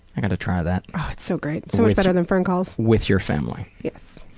i gotta try that. oh, it's so great. so much better than phone calls. with your family. yes,